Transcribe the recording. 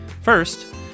First